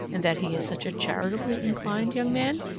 and that he is such a charitably inclined young man?